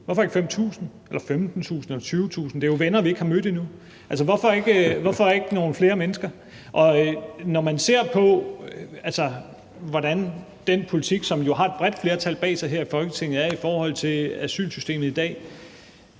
Hvorfor ikke 5.000 eller 15.000 eller 20.000? Det er jo venner, vi ikke har mødt endnu. Hvorfor ikke tage imod nogle flere mennesker? Når man ser på, hvordan den politik, som jo har et bredt flertal bag sig her i Folketinget, er i forhold til asylsystemet i dag,